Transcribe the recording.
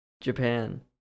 Japan